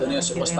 אדוני היושב-ראש,